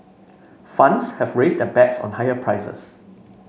funds have raised their bets on higher prices